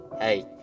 Hey